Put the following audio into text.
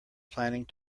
planning